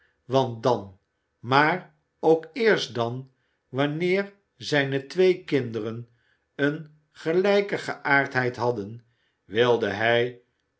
want dan maar ook eerst dan wanneer zijne twee kinderen eene gelijke geaardheid hadden wi de hij